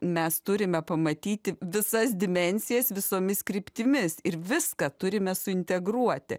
mes turime pamatyti visas dimensijas visomis kryptimis ir viską turime suintegruoti